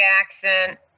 accent